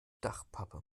dachpappe